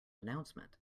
announcement